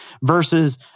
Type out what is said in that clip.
versus